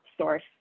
source